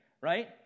right